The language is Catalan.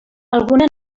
alguna